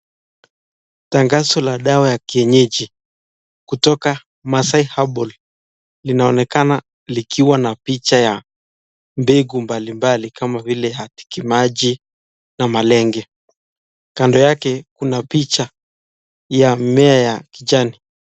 Tangazo la dawa ya kienyeji kutoka Masai Herbal linaonekana likiwa na picha ya mbegu mbalimbali kama vile hatikimaji na malenge, kando yake kuna picha ya mmea ya kijani.